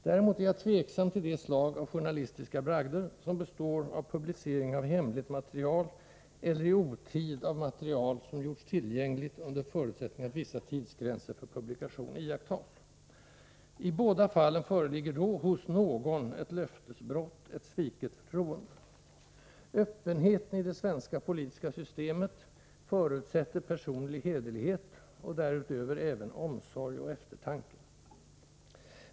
Däremot är jag tveksam till det slag av journalistiska bragder som består av publicering av hemligt material eller i otid av material som gjorts tillgängligt under förutsättning att vissa tidsgränser för publikation iakttas. I båda fallen föreligger då — hos någon - ett löftesbrott, ett sviket förtroende. Öppenheten i det svenska politiska systemet förutsätter personlig hederlighet — och därutöver även omsorg och eftertanke.